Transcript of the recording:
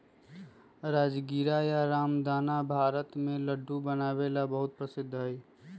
राजगीरा या रामदाना भारत में लड्डू बनावे ला बहुत प्रसिद्ध हई